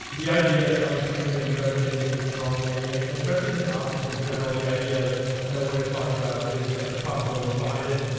the idea of selling premium resonated with me strongly, and especially just options in general, the idea of i know what we're going to talk about is like the probabilities behind it.